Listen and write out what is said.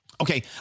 Okay